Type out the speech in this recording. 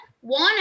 One